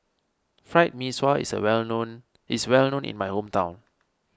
Fried Mee Sua is well known is well known in my hometown